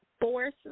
force